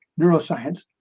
neuroscience